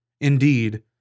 Indeed